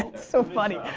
so funny.